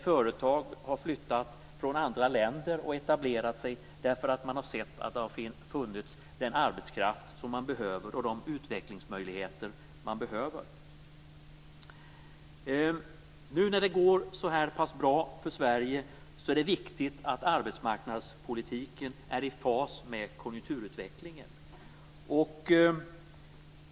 Företagare har flyttat från andra länder och etablerat sig därför att de har sett att den arbetskraft och de utvecklingsmöjligheter de behöver har funnits. Nu när det går så här pass bra för Sverige är det viktigt att arbetsmarknadspolitiken är i fas med konjunkturutvecklingen.